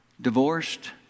divorced